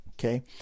Okay